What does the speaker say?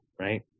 right